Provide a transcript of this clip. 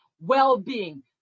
well-being